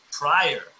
prior